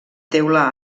teula